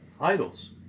Idols